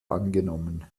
angenommen